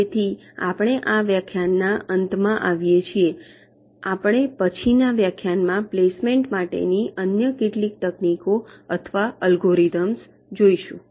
તેથી આપણે આ વ્યાખ્યાનના અંતમાં આવીએ છીએ આપણે પછીનાં વ્યાખ્યાનમાં પ્લેસમેન્ટ માટેની કેટલીક અન્ય તકનીકો અથવા એલ્ગોરિધમ્સ જોઈશું